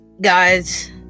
guys